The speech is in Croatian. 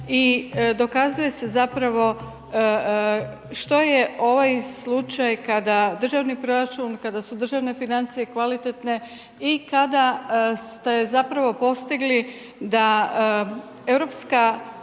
dokazuje se zapravo što je ovaj slučaj kada državni proračun, kada su državne financije kvalitetne i kada ste zapravo postigli da Europska